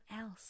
else